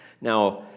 Now